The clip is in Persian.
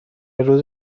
روز